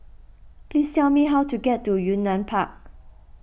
please tell me how to get to Yunnan Park